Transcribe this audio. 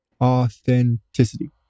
authenticity